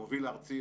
המוביל הארצי,